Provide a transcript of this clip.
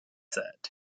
set